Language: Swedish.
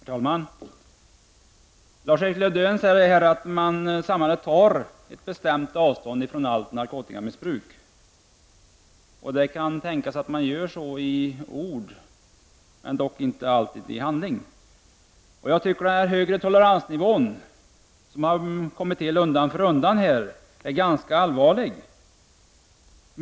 Herr talman! Lars-Erik Lövdén säger här att samhället bestämt tar avstånd från allt narkotikamissbruk. Ja, det kan tänkas. Man gör det i ord men inte i handling. Det är ganska allvarligt att toleransnivån här blir högre och högre allteftersom.